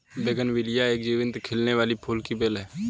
bougainvillea एक जीवंत खिलने वाली फूल की बेल है